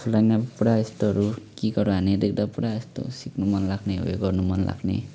आफूलाई पनि अब पुरा यस्तोहरू किकहरू हानेको देख्दा पुरा यस्तो सिक्नु मनलाग्ने उयो गर्नु मनलाग्ने